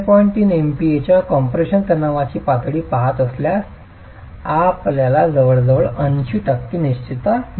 3 MPa च्या compression तणावाची पातळी पाहत असल्यास आपल्याला जवळजवळ 80 टक्के निश्चितता मिळेल